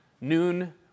noon